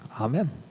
Amen